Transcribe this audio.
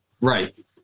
Right